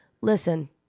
Listen